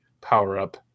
power-up